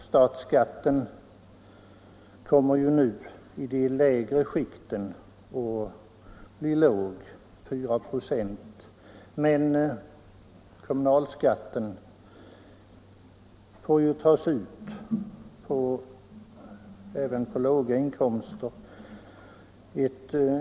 Statsskatten kommer nu i de lägre skikten att bli låg, 4 26, men kommunalskatten tas ju ut även på låga inkomster.